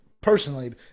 Personally